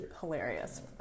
hilarious